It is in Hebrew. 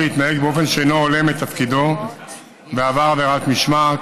התנהג באופן שאינו הולם את תפקידו ועבר עבירת משמעת.